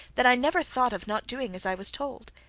that i never thought of not doing as i was told.